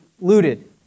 looted